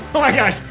so my gosh!